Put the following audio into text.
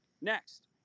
next